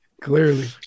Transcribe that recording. Clearly